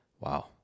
wow